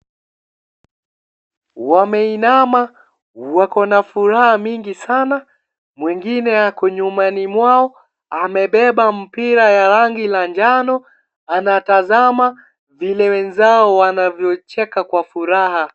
Wameinama wako na furaha mingi sana, mwengine ako nyumani mwao amebeba mpira ya rangi ya njano. Anatazama vile wenzao wanavyocheka kwa furaha.